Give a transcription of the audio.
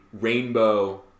rainbow